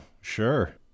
sure